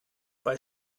bei